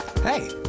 Hey